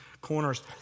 corners